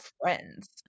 friends